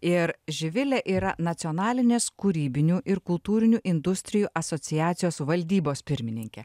ir živilė yra nacionalinės kūrybinių ir kultūrinių industrijų asociacijos valdybos pirmininkė